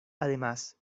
además